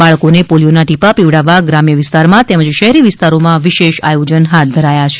બાળકોને પોલીયોના ટીપા પીવડાવવા ગ્રામ્ય વિસ્તારમાંતેમજ શહેરી વિસ્તારોમાં વિશેષ આયોજન હાથ ધરાથા છે